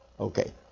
Okay